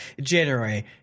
January